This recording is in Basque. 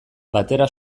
batera